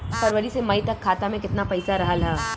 फरवरी से मई तक खाता में केतना पईसा रहल ह?